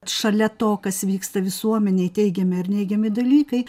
šalia to kas vyksta visuomenėj teigiami ar neigiami dalykai